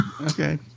Okay